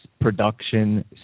production